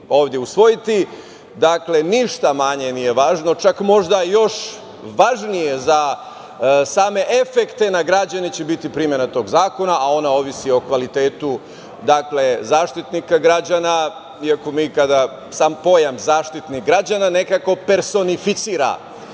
ovde usvojiti ništa manje nije važno, čak možda još važnije za same efekte na građane će biti primena tog zakona. Ona zavisi od kvaliteta Zaštitnika građana iako je sam pojam Zaštitnika građana nekako personifikovan